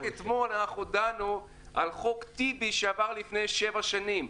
אנחנו דנו על חוק טיבי שעבר לפני שבע שנים.